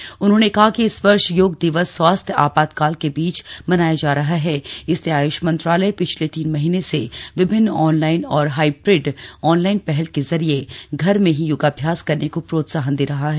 श्री नाइक ने कहा कि इस वर्ष योग दिवस स्वास्थ्य आपातकाल के बीच मनाया जा रहा है इसलिए आयुष मंत्रालय पिछले तीन महीने से विभिन्न ऑनलाइन और हाइब्रिड ऑनलाइन पहल के जरिए घर में ही योगाभ्यास करने को प्रोत्साहन दे रहा है